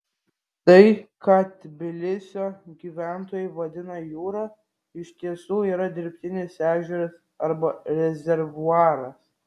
tai ką tbilisio gyventojai vadina jūra iš tiesų yra dirbtinis ežeras arba rezervuaras